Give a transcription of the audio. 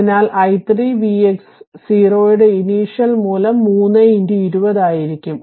അതിനാൽ i3 vx 0 യുടെ initial മൂല്യം 3 20 ആയിരിക്കും